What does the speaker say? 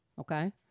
okay